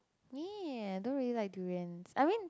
!ee! I don't really like durians I mean